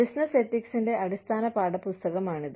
business എത്തിക്സിന്റെ അടിസ്ഥാന പാഠപുസ്തകമാണിത്